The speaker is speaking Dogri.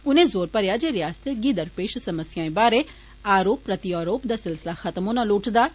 उनें जोर भरेआ जे रिआसत गी दरपेष समस्याएं बारै आरोप प्रत्यारोप दा सिलसिला खत्म होना लोड़चदा ऐ